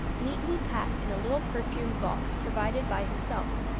neatly packed in a little perfumed box provided by himself,